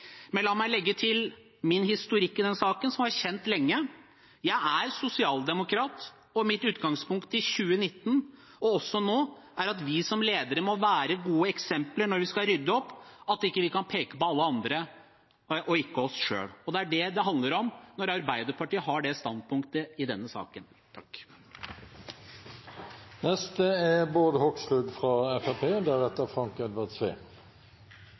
men la meg legge til min historikk i denne saken, som har vært kjent lenge: Jeg er sosialdemokrat, og mitt utgangspunkt i både 2019 og nå er at vi som ledere må være gode eksempler når vi skal rydde opp, og at vi ikke kan peke på alle andre, men ikke oss selv. Det er det det handler om når Arbeiderpartiet har det standpunktet i denne saken.